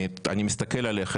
אני מסתכל עליך,